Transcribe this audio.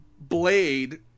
Blade